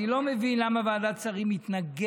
אני לא מבין למה ועדת השרים מתנגדת.